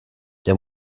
der